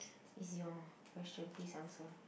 its your question please answer